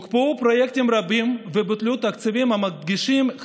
הוקפאו פרויקטים רבים ובוטלו תקציבים המדגישים את